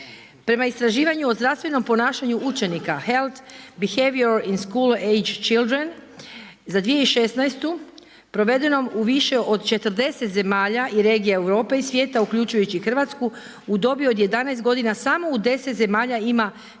Prema istraživanju o zdravstvenom ponašanju učenika, Health behaviour in school age children za 2016. provedenom u više od 40 zemalja i regija Europe i svijeta uključujući i Hrvatsku u dobi od 11 godina smo u 10 zemalja ima